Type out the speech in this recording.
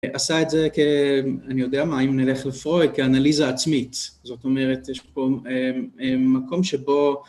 עשה את זה כ... אני יודע מה? אם נלך לפרויד, כאנליזה עצמית. זאת אומרת, יש פה מקום שבו...